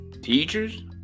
Teachers